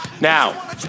Now